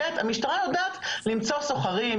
המשטרה יודעת למצוא סוחרים,